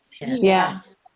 Yes